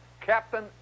Captain